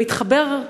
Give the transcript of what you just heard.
ומתחבר,